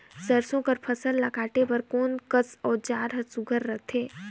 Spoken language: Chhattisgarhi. सरसो कर फसल ला काटे बर कोन कस औजार हर सुघ्घर रथे?